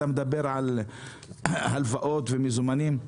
אתה מדבר על הלוואות ומזומנים,